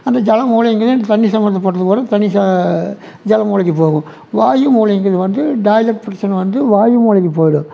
அந்த ஜல மூலைங்குறது தண்ணி சம்மந்தப்பட்டது வரும் தண்ணி ஜல மூலைக்கு போகும் வாயு மூலைங்கிறது வந்து டாய்லட் பிரச்சினை வந்து வாயு மூலைக்கு போய்டும்